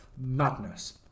Madness